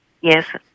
Yes